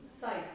sites